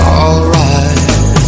alright